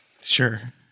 Sure